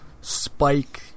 spike